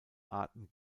arten